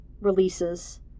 Releases